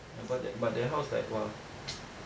but that but that house like !wow!